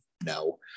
No